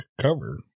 cover